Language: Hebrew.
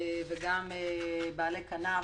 וגם בעלי כנף.